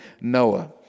Noah